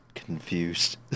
Confused